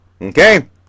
Okay